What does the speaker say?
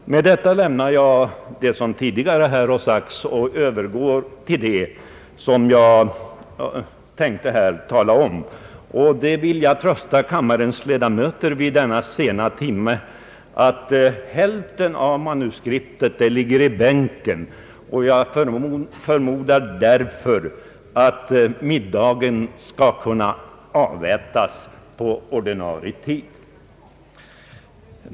Med detta lämnar jag det som tidigare sagts här och övergår till det som jag tänkte tala om. Jag vill då trösta kammarens ledamöter vid denna sena timme med att hälften av mitt manuskript ligger i bänken. Jag förmodar därför att middagen skall kunna avätas i ordinarie tid.